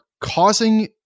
causing